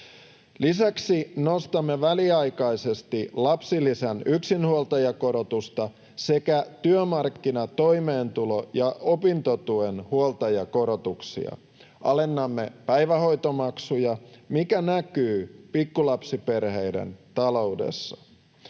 Lisäksi nostamme väliaikaisesti lapsilisän yksinhuoltajakorotusta sekä työmarkkina‑, toimeentulo‑ ja opintotuen huoltajakorotuksia. Alennamme päivähoitomaksuja, mikä näkyy pikkulapsiperheiden taloudessa.